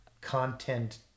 content